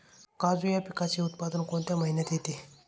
काजू या पिकाचे उत्पादन कोणत्या महिन्यात येते?